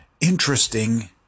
interesting